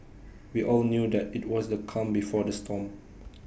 we all knew that IT was the calm before the storm